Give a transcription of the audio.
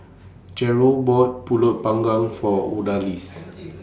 Jerrold bought Pulut Panggang For Odalis